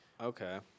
Okay